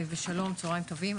שלום וצוהריים טובים.